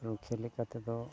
ᱨᱩᱠᱷᱭᱟᱹ ᱞᱮᱠᱟ ᱛᱮᱫᱚ